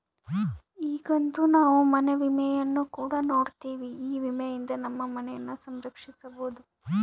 ಈಗಂತೂ ನಾವು ಮನೆ ವಿಮೆಯನ್ನು ಕೂಡ ನೋಡ್ತಿವಿ, ಈ ವಿಮೆಯಿಂದ ನಮ್ಮ ಮನೆಯನ್ನ ಸಂರಕ್ಷಿಸಬೊದು